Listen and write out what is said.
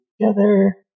together